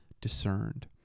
discerned